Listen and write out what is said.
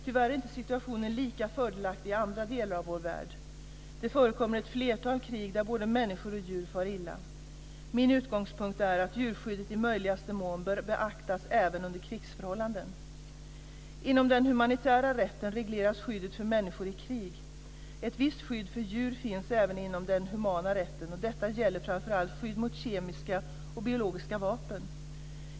Tyvärr är inte situationen lika fördelaktig i andra delar av vår värld. Det förekommer ett flertal krig där både människor och djur far illa. Min utgångspunkt är att djurskyddet i möjligaste mån bör beaktas även under krigsförhållanden. Inom den humanitära rätten regleras skyddet för människor i krig. Ett visst skydd för djur finns även inom den humanitära rätten och detta gäller framför allt skydd mot kemiska och biologiska vapen.